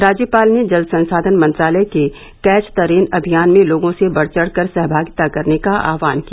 राज्यपाल ने जल संसाधन मंत्रालय के कैच द रेन अमियान में लोगों से बढ़ चढ़ कर सहभागिता करने का आह्वान किया